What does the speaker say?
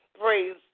praise